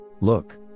look